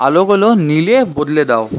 আলোগুলো নীলে বদলে দাও